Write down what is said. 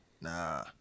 Nah